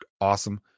awesome